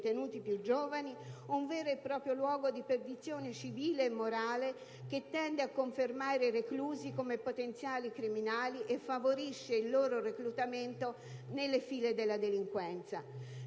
detenuti più giovani, un vero e proprio luogo di perdizione civile e morale che tende a confermare i reclusi come potenziali criminali e favorisce il loro reclutamento nelle file della delinquenza.